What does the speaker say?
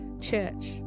Church